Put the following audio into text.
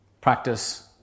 practice